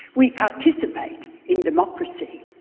we participate in democracy.